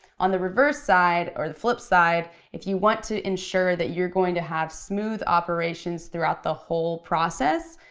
on the reverse side, or the flip side, if you want to ensure that you're going to have smooth operations throughout the whole process,